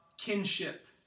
kinship